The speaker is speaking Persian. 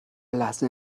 لحظه